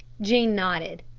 jean nodded.